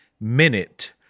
minute